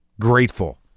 grateful